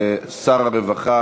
שר הרווחה